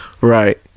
right